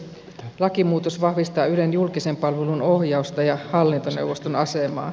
lakimuutos vahvistaa ylen julkisen palvelun ohjausta ja hallintoneuvoston asemaa